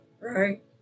Right